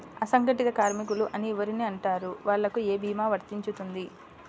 అసంగటిత కార్మికులు అని ఎవరిని అంటారు? వాళ్లకు ఏ భీమా వర్తించుతుంది?